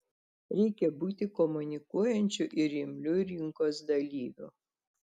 reikia būti komunikuojančiu ir imliu rinkos dalyviu